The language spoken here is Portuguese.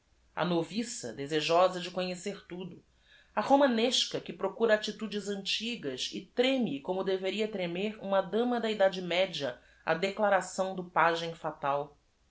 a noviça desejosa de conhe cer tudo a romanesca que procura attitudes antigas e treme como deveria tremer un a dama da idade media á declaração do pagem f